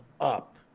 up